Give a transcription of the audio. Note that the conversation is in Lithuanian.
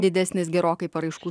didesnis gerokai paraiškų